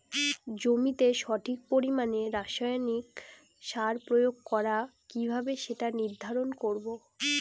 জমিতে সঠিক পরিমাণে রাসায়নিক সার প্রয়োগ করা কিভাবে সেটা নির্ধারণ করব?